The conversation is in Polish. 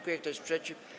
Kto jest przeciw?